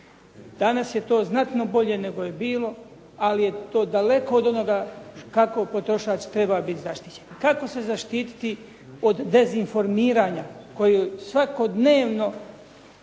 Danas je to znatno bolje nego je bilo, ali je to daleko od onoga kako potrošač treba biti zaštićen. Kako se zaštiti od dezinformiranja koje svakodnevno